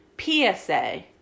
PSA